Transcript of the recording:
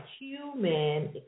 human